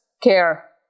care